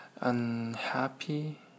unhappy